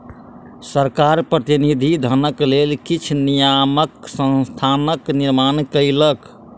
सरकार प्रतिनिधि धनक लेल किछ नियामक संस्थाक निर्माण कयलक